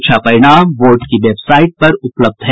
परीक्षा परिणाम बोर्ड की वेबसाइट पर उपलब्ध है